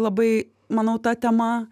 labai manau ta tema